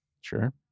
Sure